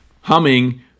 humming